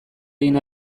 egin